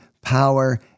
power